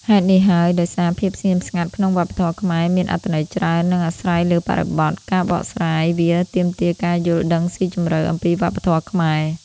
ហេតុនេះហើយ ដោយសារភាពស្ងៀមស្ងាត់ក្នុងវប្បធម៌ខ្មែរមានអត្ថន័យច្រើន និងអាស្រ័យលើបរិបទ ការបកស្រាយវាទាមទារការយល់ដឹងស៊ីជម្រៅអំពីវប្បធម៌ខ្មែរ។